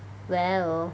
well